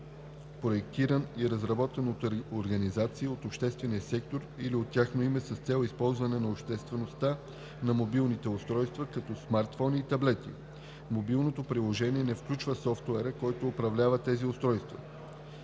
проектиран и разработен от организации от обществения сектор или от тяхно име с цел използване от обществеността на мобилни устройства като смартфони и таблети. Мобилното приложение не включва софтуера, който управлява тези устройства